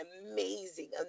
amazing